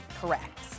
Correct